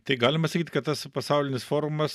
tai galima sakyt kad tas pasaulinis forumas